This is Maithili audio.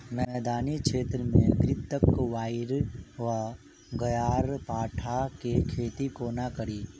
मैदानी क्षेत्र मे घृतक्वाइर वा ग्यारपाठा केँ खेती कोना कड़ी?